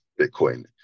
bitcoin